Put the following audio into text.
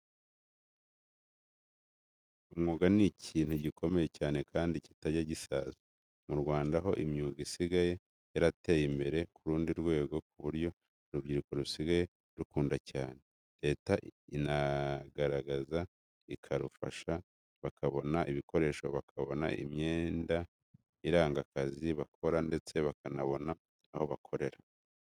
Umwuga ni ikintu gikomeye cyane kandi kitajya gisaza. Mu Rwanda ho imyuga isigaye yarateye imbere ku rundi rwego ku buryo urubyiruko rusigaye ruyikunda cyane. Leta iranagerageza ikarufasha, bakabona ibikoresho, bakabona imyenda iranga akazi bakora ndetse bakanabona aho bakorera.